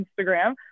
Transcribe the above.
instagram